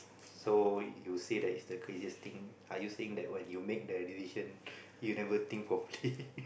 so you say that it's the craziest thing so are you saying that what you make the decision you never think properly